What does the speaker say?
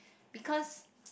because